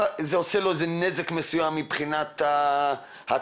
זה עושה לו נזק מסוים מבחינת ההתקנה,